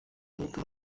mick